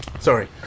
Sorry